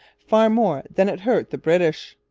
far more than it hurt the british.